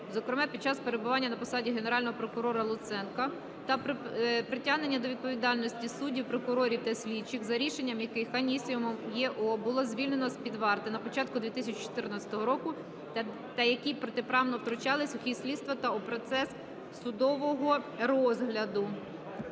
зокрема під час перебування на посаді Генерального прокурора Луценка, та притягнення до відповідальності суддів, прокурорів та слідчих, за рішенням яких Анісімова Є.О. було звільнено з під варти на початку 2014 року та які протиправно втручались у хід слідства та у процес судового розгляду.